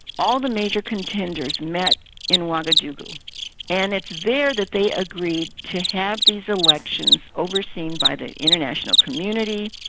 all the major contenders met in ouagadougou and it's there that they agreed to have these elections overseen by the international community,